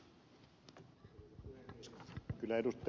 kyllä ed